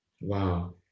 wow